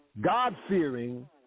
God-fearing